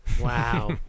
Wow